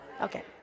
Okay